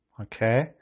okay